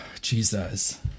Jesus